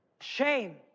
Shame